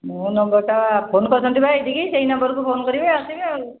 ମୋ ନମ୍ବରଟା ଫୋନ୍ କରିଛନ୍ତି ପା ଏଇଠିକି ସେଇ ନମ୍ବରରୁ ଫୋନ୍ କରିବେ ଆସିବେ ଆଉ